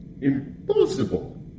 Impossible